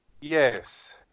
Yes